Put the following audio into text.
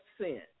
sin